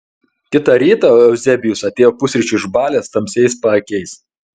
kitą rytą euzebijus atėjo pusryčių išbalęs tamsiais paakiais